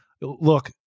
Look